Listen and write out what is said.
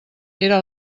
era